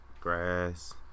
grass